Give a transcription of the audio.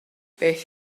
beth